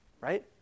right